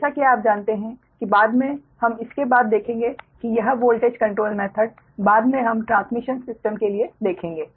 जैसा कि आप जानते हैं कि बाद में हम इसके बाद देखेंगे कि यह वोल्टेज कंट्रोल मेथड बाद में हम ट्रांसमिशन सिस्टम के लिए देखेंगे